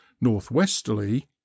Northwesterly